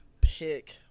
pick